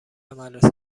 مدرسه